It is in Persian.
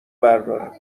بردارم